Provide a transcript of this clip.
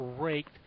raked